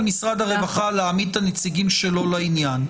משרד הרווחה להעמיד את הנציגים שלו לעניין.